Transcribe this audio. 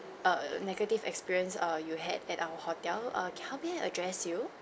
err negative experience err you had at our hotel err how may I address you